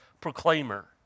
proclaimer